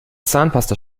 zahnpasta